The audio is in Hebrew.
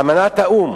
אמנת האו"ם